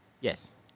Yes